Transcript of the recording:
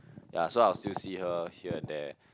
ya so I'll still see her here and there